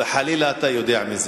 וחלילה אתה יודע מזה.